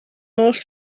oll